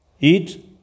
eat